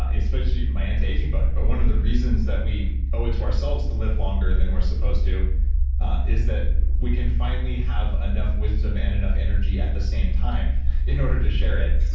ah especially my anti-aging book that but one of the reasons that we owe it to ourselves to live longer than we're supposed to is that we can finally have enough wisdom and enough energy at the same time in order to share it